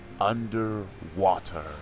underwater